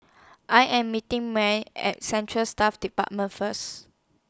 I Am meeting Marely At Central Staff department First